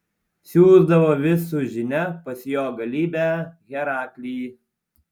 siųsdavo vis su žinia pas jo galybę heraklį